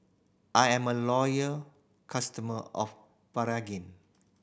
I'm a loyal customer of Pregain